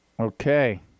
Okay